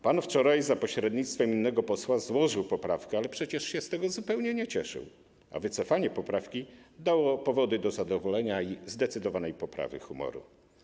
Pan wczoraj za pośrednictwem innego posła złożył poprawkę, ale przecież się z tego zupełnie nie cieszył, a wycofanie poprawki dało powody do zadowolenia i zdecydowanej poprawy humoru.